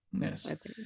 Yes